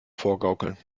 vorgaukeln